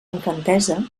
infantesa